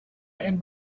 and